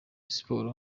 sports